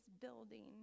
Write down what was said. building